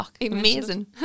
amazing